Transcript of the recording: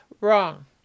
wrong